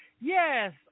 Yes